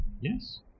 Yes